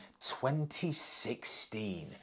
2016